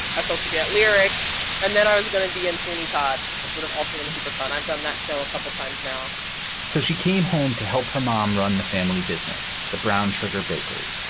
i supposed to be at lyrica and then i was going to be in sweeney todd, which would have also been super fun. i've done that show a couple of times now so she came home to help her mom run the family business, the brown sugar bakery.